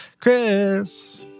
Chris